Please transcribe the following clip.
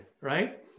right